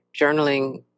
journaling